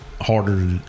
harder